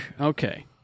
Okay